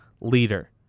leader